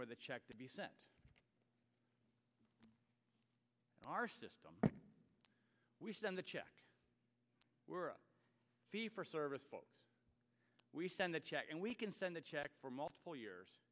for the check to be set our system we send the check we're a fee for service we send the check and we can send the check for multiple years